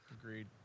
Agreed